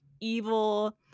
evil